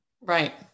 right